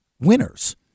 winners